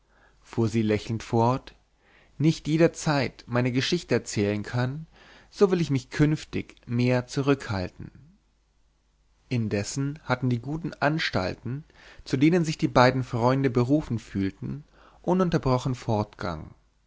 fuhr sie lächelnd fort nicht jederzeit meine geschichte erzählen kann so will ich mich künftig mehr zurückhalten indessen hatten die guten anstalten zu denen sich die beiden freunde berufen fühlten ununterbrochenen fortgang